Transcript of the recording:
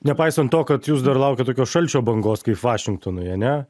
nepaisan to kad jūs dar laukiat tokio šalčio bangos kaip vašingtonui ane